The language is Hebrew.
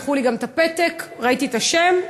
שלחו גם את הפתק וראיתי את השם,